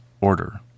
order